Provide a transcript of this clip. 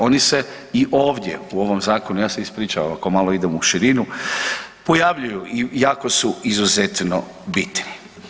Oni se i ovdje u ovom Zakonu, ja se ispričavam ako malo idem u širinu, pojavljuju i jako su izuzetno bitni.